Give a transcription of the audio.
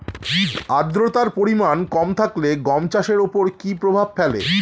আদ্রতার পরিমাণ কম থাকলে গম চাষের ওপর কী প্রভাব ফেলে?